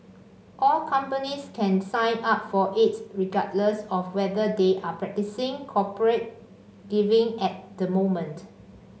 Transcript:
all companies can sign up for it regardless of whether they are practising corporate giving at the moment